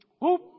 Whoop